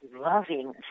loving